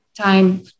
time